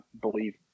believe